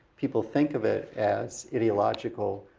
people think of it as ideological,